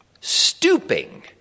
stooping